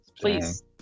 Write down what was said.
Please